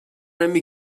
نمی